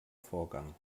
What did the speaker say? vorgang